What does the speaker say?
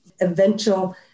eventual